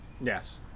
Yes